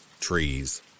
trees